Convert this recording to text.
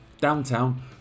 Downtown